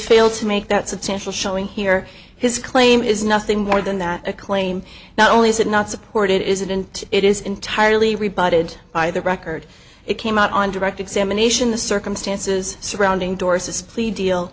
failed to make that substantial showing here his claim is nothing more than that a claim not only is it not supported it isn't it is entirely rebutted by the record it came out on direct examination the circumstances surrounding d